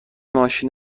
ماشین